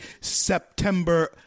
September